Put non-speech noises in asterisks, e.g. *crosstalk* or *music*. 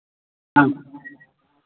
*unintelligible*